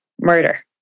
murder